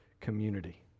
community